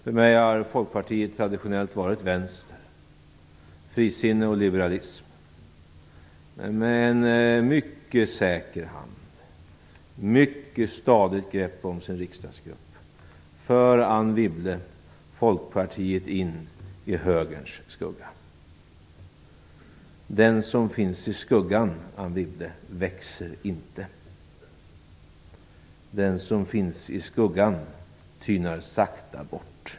För mig har Folkpartiet traditionellt varit vänster, frisinne och liberalism. Men med mycket säker hand och med ett mycket stadigt grepp om sin riksdagsgrupp för Anne Den som finns i skuggan, Anne Wibble, växer inte. Den som finns i skuggan tynar sakta bort.